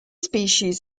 species